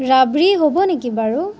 ৰাবৰি হ'ব নেকি বাৰু